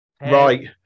right